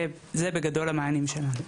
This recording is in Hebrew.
זה בגדול המענים שלנו.